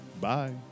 Bye